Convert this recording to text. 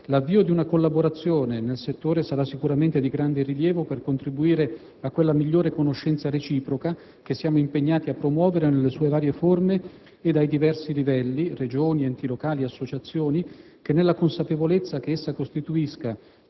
L’avvio di una collaborazione nel settore sara sicuramente di grande rilievo per contribuire a quella migliore conoscenza reciproca, che siamo impegnati a promuovere, nelle sue varie forme e ai diversi livelli (Regioni, enti locali, associazioni), nella consapevolezza che essa costituisca